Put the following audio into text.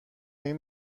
این